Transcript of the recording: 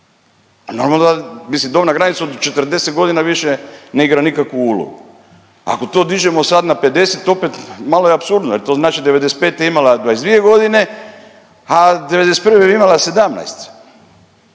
normalno, mislim dobna granica od 40 godina više ne igra nikakvu ulogu. Ako to dižemo sada na 50 opet malo je apsurdno jer to znači 95. imala je 22 godine, a 91. bi imala 17.